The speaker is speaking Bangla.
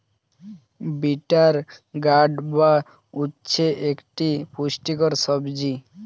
বিটার গার্ড বা উচ্ছে একটি পুষ্টিকর সবজি